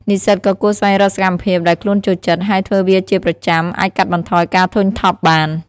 និស្សិតក៏គួរស្វែងរកសកម្មភាពដែលខ្លួនចូលចិត្ត ហើយធ្វើវាជាប្រចាំអាចកាត់បន្ថយការធុញថប់បាន។